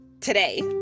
today